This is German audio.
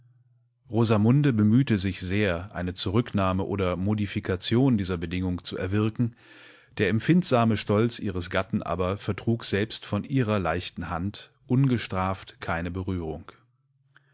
mitgeteilthabenwürde rosamunde bemühte sich sehr eine zurücknahme oder modifikation dieser bedingung zu erwirken der empfindsame stolz ihres gatten aber vertrug selbst von ihrerleichtenhandungestraftkeineberührung ich habe